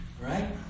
right